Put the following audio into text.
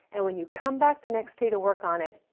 and when you come back the next day to work on it,